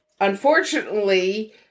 unfortunately